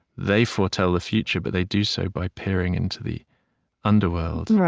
they foretell the future, but they do so by peering into the underworld.